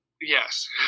Yes